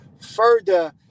further